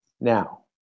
Now